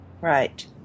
right